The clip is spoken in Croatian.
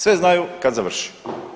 Sve znaju kad završi.